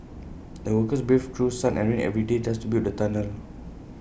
the workers braved through sun and rain every day just to build the tunnel